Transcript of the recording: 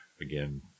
again